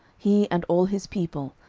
he and all his people,